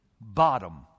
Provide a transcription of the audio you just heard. bottom